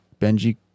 Benji